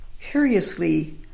Curiously